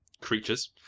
creatures